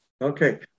Okay